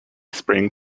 sprang